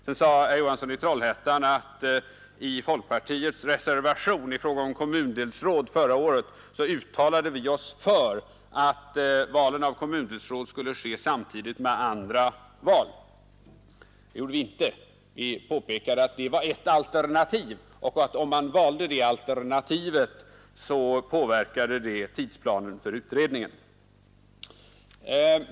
Sedan sade herr Johansson i Trollhättan att i folkpartiets reservation i fråga om kommundelsråd förra året uttalade vi oss för att valen av kommundelsråd skulle ske samtidigt med andra val. Det gjorde vi inte; vi påpekade att det var ett alternativ och att det skulle påverka tidsplanen för utredningen om man valde det alternativet.